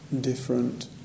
different